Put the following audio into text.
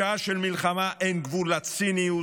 בשעה של מלחמה אין גבול לציניות,